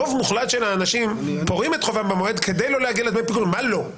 רוב מוחלט של האנשים פורעים את חובם במועד כדי לא להגיע --- מה לא?